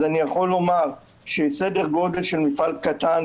אני יכול לומר שסדר גודל של מפעל קטן,